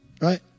Right